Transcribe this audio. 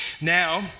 Now